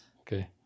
Okay